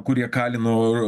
kurie kalino